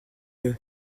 eux